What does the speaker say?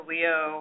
Leo